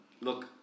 look